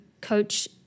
coach